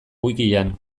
wikian